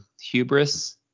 hubris